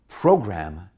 program